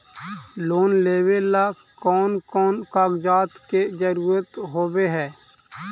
Loan लेबे ला कौन कौन कागजात के जरुरत होबे है?